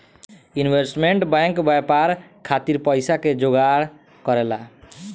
investment bank व्यापार खातिर पइसा के जोगार करेला